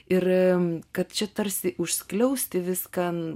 ir kad čia tarsi užskliausti viską